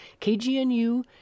KGNU